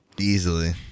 easily